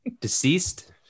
deceased